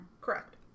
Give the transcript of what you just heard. Correct